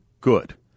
Good